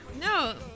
No